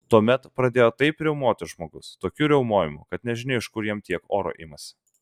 tuomet pradėjo taip riaumoti žmogus tokiu riaumojimu kad nežinia iš kur jam tiek oro imasi